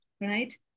right